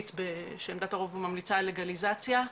שעמדת הרוב בו ממליצה על לגליזציה,